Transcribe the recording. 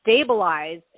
stabilize